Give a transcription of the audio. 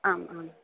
आम् आम्